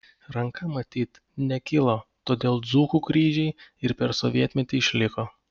ranka matyt nekilo todėl dzūkų kryžiai ir per sovietmetį išliko